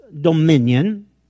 dominion